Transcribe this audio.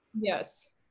Yes